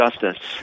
justice